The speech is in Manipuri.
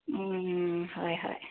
ꯎꯝ ꯍꯣꯏ ꯍꯣꯏ